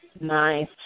Nice